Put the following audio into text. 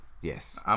Yes